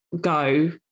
Go